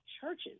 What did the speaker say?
churches